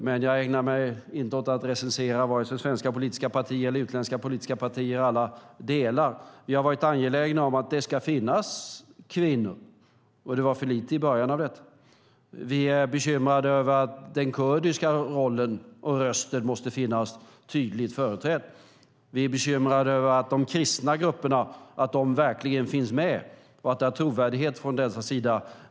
Men jag ägnar mig inte åt att recensera vare sig svenska politiska partier eller utländska politiska partier i alla delar. Jag har varit angelägen om att det ska finnas kvinnor. De var för få i början. Vi är bekymrade över att den kurdiska rollen och rösten måste finnas tydligt företrädd. Vi är bekymrade över att de kristna grupperna verkligen finns med och deras trovärdighet.